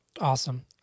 Awesome